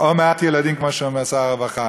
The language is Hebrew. או מעט ילדים, כמו שאומר שר הרווחה.